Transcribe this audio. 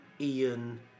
Ian